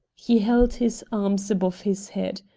he held his arms above his head.